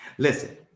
Listen